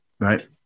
Right